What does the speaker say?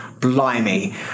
blimey